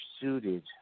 suited